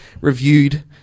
reviewed